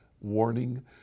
warning